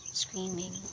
screaming